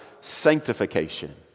sanctification